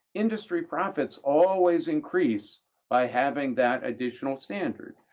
industry profits always increase by having that additional standard,